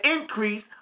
increase